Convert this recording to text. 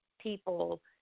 people